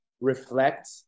reflect